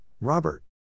Robert